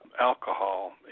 Alcohol